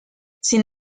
sin